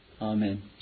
Amen